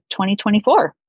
2024